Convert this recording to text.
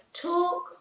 talk